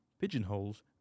pigeonholes